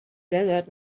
desert